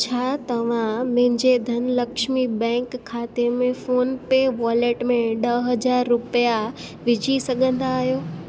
छा तव्हां मुंहिंजे धनलक्ष्मी बैंक खाते मां फ़ोन पे वॉलेट में ॾह हज़ार रुपिया विझी सघंदा आहियो